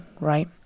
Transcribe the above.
right